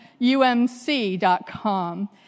umc.com